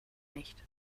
nicht